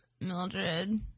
mildred